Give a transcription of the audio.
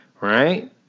Right